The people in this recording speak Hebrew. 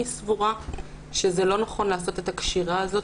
אני סבורה שזה לא נכון לעשות את הקשירה הזאת.